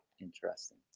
Interesting